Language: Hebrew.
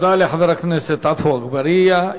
תודה לחבר הכנסת עפו אגבאריה.